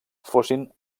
fossin